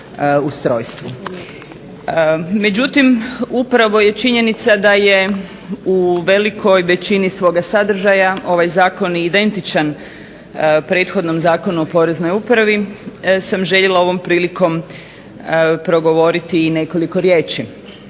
Međutim, upravo je činjenica da je u velikoj većini svoga sadržaja ovaj zakon identičan prethodnom Zakonu o Poreznoj upravi. Ja sam željela ovom prilikom progovoriti i nekoliko riječi